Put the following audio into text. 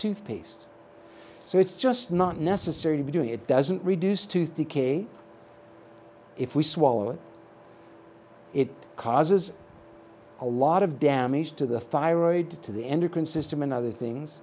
toothpaste so it's just not necessary to be doing it doesn't reduce tooth decay if we swallow it it causes a lot of damage to the thyroid to the end you can system and other things